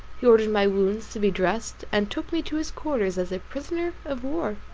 he ordered my wounds to be dressed, and took me to his quarters as a prisoner of war.